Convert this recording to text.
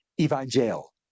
evangel